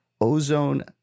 ozone